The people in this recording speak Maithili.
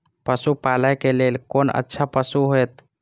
पशु पालै के लेल कोन अच्छा पशु होयत?